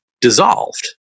dissolved